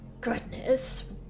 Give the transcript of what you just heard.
Goodness